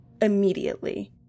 immediately